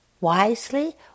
wisely